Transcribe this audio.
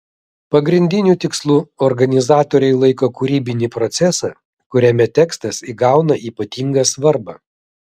pagrindiniu tikslu organizatoriai laiko kūrybinį procesą kuriame tekstas įgauna ypatingą svarbą